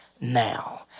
now